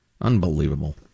Unbelievable